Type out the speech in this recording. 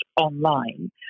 online